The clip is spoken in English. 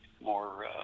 more